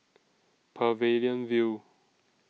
Pavilion View